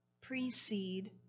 precede